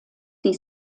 die